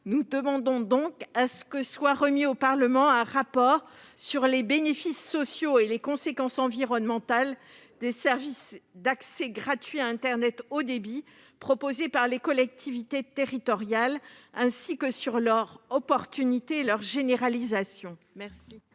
nous demandons que soit remis au Parlement un rapport sur les bénéfices sociaux et les conséquences environnementales des services d'accès gratuit à internet haut débit proposés par les collectivités territoriales, ainsi que sur l'opportunité de leur généralisation.